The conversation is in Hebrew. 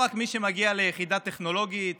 ולא רק מי שמגיע ליחידה טכנולוגית